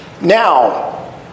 Now